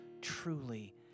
truly